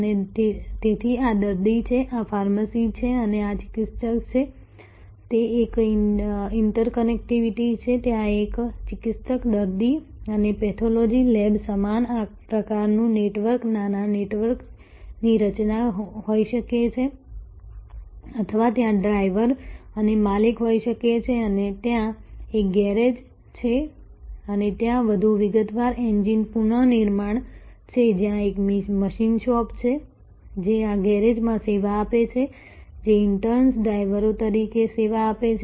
અને તેથી આ દર્દી છે આ ફાર્મસી છે અને આ ચિકિત્સક છે અને તે એક ઇન્ટરેક્ટિવિટી છે ત્યાં એક ચિકિત્સક દર્દી અને પેથોલોજી લેબ સમાન પ્રકારનું નેટવર્ક નાના નેટવર્કની રચના હોઈ શકે છે અથવા ત્યાં ડ્રાઇવર અથવા માલિક હોઈ શકે છે અને ત્યાં એક ગેરેજ છે અને ત્યાં વધુ વિગતવાર એન્જિન પુનઃનિર્માણ છે જ્યાં એક મશીન શોપ છે જે આ ગેરેજમાં સેવા આપે છે જે ઇન્ટર્ન્સ ડ્રાઇવરો તરીકે સેવા આપે છે